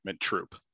troop